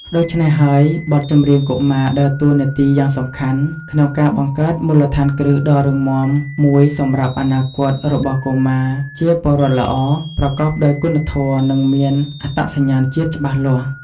ដូច្នេះហើយ បទចម្រៀងកុមារដើរតួនាទីយ៉ាងសំខាន់ក្នុងការបង្កើតមូលដ្ឋានគ្រឹះដ៏រឹងមាំមួយសម្រាប់អនាគតរបស់កុមារជាពលរដ្ឋល្អ ប្រកបដោយគុណធម៌ និងមានអត្តសញ្ញាណជាតិច្បាស់លាស់។